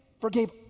forgave